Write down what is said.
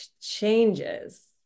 changes